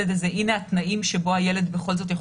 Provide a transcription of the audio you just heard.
הנה התנאים שבהם הילד בכל זאת יכול